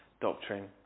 doctrine